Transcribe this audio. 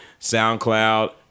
SoundCloud